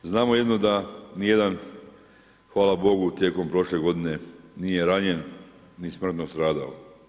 Znamo jedino da nijedan, hvala Bogu, tijekom prošle godine nije ranjen, ni smrtno stradao.